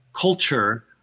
culture